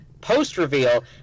Post-reveal